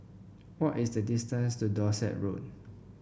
what is the distance to Dorset Road